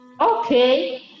Okay